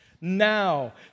now